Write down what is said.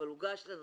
אבל הוגש לנו.